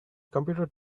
computer